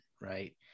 right